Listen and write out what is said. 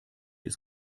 ist